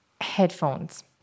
Headphones